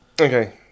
Okay